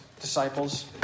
disciples